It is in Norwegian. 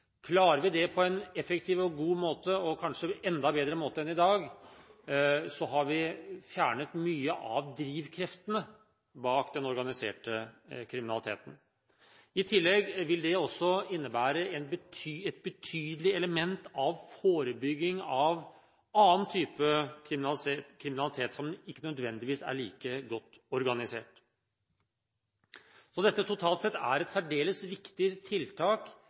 Klarer vi det på en effektiv og god måte, og kanskje enda bedre måte enn i dag, har vi fjernet mye av drivkreftene bak den organiserte kriminaliteten. I tillegg vil det også innebære et betydelig element av forebygging av annen type kriminalitet som ikke nødvendigvis er like godt organisert. Så totalt sett er dette et særdeles viktig tiltak